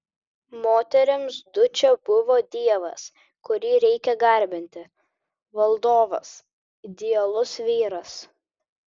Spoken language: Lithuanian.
moterims dučė buvo dievas kurį reikia garbinti valdovas idealus vyras